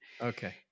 Okay